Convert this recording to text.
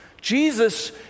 Jesus